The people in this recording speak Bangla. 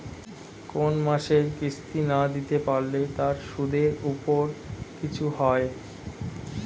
কোন মাসের কিস্তি না দিতে পারলে তার সুদের উপর কিছু হয়?